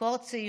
אקורד סיום,